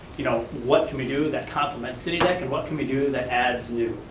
you know what can we do that complements city deck and what can we do that adds new?